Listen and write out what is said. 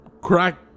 crack